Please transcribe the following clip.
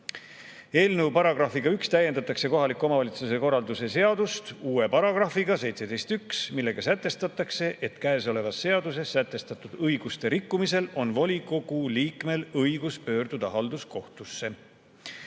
Eelnõu §‑ga 1 täiendatakse kohaliku omavalitsuse korralduse seadust uue paragrahviga 171, millega sätestatakse, et käesolevas seaduses sätestatud õiguste rikkumisel on volikogu liikmel õigus pöörduda halduskohtusse. Volikogu